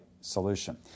solution